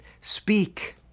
Speak